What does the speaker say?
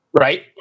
Right